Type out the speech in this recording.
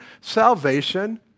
salvation